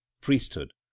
Priesthood